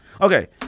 Okay